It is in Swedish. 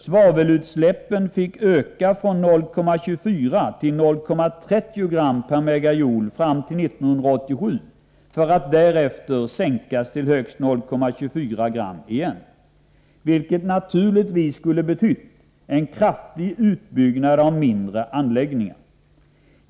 Svavelutsläppen fick öka från 0,24 till 0,30 gram per megajoule fram till 1987 för att därefter sänkas till högst 0,24 gram per megajoule igen, vilket naturligtvis skulle betytt en kraftig utbyggnad av mindre anläggningar.